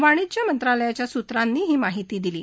वाणीज्य मंत्रालयाच्या सूत्रांनी ही माहिती दिली आहे